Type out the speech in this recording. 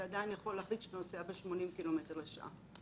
עדיין אתה יכול להחליט שאתה נוסע ב-80 קילומטר לשעה.